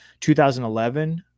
2011